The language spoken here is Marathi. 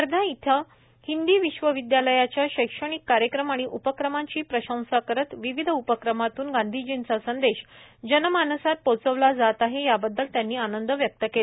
वर्धा येथील हिंदी विश्वविद्यालयाच्या शैक्षणिक कार्यक्रम आणि उपक्रमांची प्रशंसा करत विविध उपक्रमातून गांधीजींचा संदेश जनमानसात पोचविला जात आहे याबद्दल त्यांनी आनंद व्यक्त केला